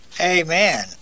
Amen